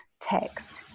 text